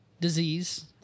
disease